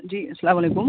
جی السّلام علیکم